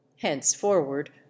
henceforward